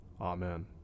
Amen